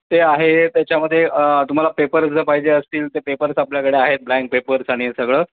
ते आहे त्याच्यामध्ये तुम्हाला पेपर्स जर पाहिजे असतील ते पेपर्स आपल्याकडे आहेत ब्लँक पेपर्स आणि सगळं